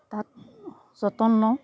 তাত যতন লওঁ